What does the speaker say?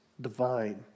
divine